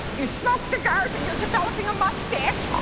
you smoked cigars and you're developing a moustache.